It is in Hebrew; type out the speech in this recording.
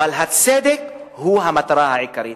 אבל הצדק הוא המטרה העיקרית.